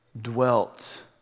dwelt